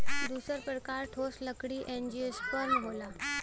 दूसर प्रकार ठोस लकड़ी एंजियोस्पर्म होला